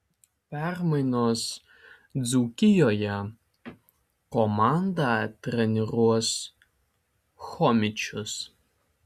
permainos dzūkijoje komandą treniruos chomičius